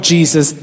Jesus